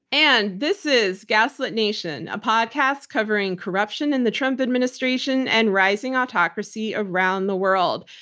and this is gaslit nation, a podcast covering corruption in the trump administration and rising autocracy around the world.